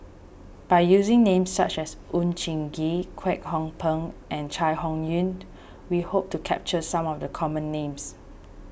by using names such as Oon Jin Gee Kwek Hong Png and Chai Hon Yoong we hope to capture some of the common names